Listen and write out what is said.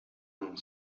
não